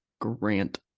Grant